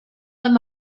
them